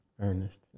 Ernest